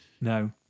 no